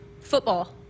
football